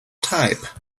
type